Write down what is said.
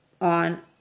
on